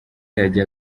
yagiye